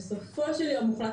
בסופו של יום הוחלט